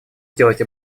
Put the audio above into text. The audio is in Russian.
сделать